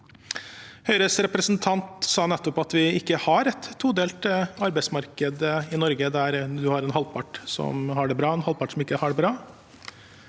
Høyres representant sa nettopp at vi ikke har et todelt arbeidsmarked i Norge, der en har en halvpart som har det bra, og en halvpart som ikke har det bra.